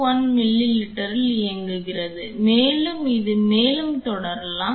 1 மில்லிலிட்டரில் இயங்குகிறது மேலும் இது மேலும் தொடரலாம்